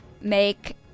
make